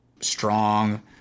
strong